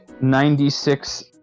ninety-six